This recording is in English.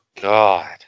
God